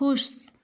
खुश